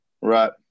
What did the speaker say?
Right